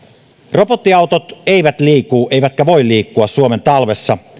robottiautot eivät liiku eivätkä voi liikkua suomen talvessa